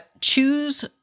Choose